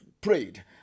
prayed